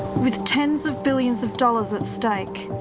with tens of billions of dollars at stake,